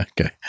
Okay